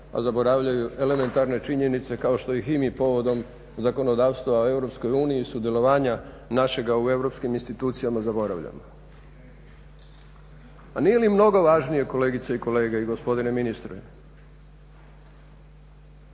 a zaboravljaju elementarne činjenice kao što ih i mi povodom zakonodavstva u EU sudjelovanja našega u europskim institucijama zaboravljamo. Ma nije li mnogo važnije kolegice i kolege i gospodine ministre,